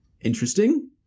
Interesting